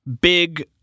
big